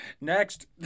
Next